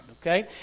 okay